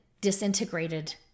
disintegrated